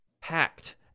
packed